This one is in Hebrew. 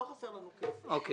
לא חסר לנו כסף.